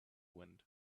wind